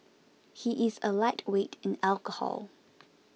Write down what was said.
he is a lightweight in alcohol